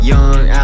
Young